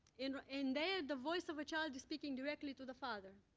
and and there, the voice of a child is speaking directly to the father.